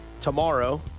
Tomorrow